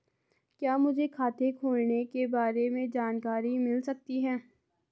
क्या मुझे खाते खोलने के बारे में जानकारी मिल सकती है?